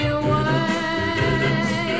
away